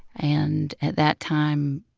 and at that time,